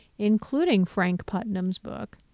including frank putnam's book,